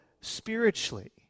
spiritually